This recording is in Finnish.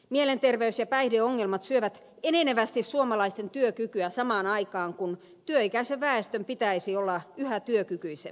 mielenterveys ja päihdeongelmat syövät enenevästi suomalaisten työkykyä samaan aikaan kun työikäisen väestön pitäisi olla yhä työkykyisempää